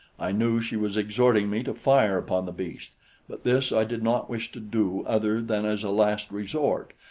i knew she was exhorting me to fire upon the beast but this i did not wish to do other than as a last resort,